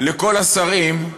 לכל השרים,